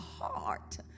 heart